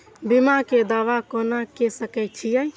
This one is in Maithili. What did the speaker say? बीमा के दावा कोना के सके छिऐ?